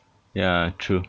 ya true